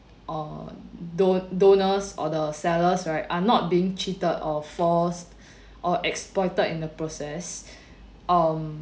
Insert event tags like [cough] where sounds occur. on do~ donors or the sellers right are not being cheated or force [breath] or exploited in the process [breath] um